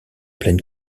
pleine